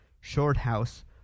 Shorthouse